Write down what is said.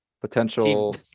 potential